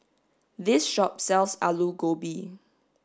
this shop sells Alu Gobi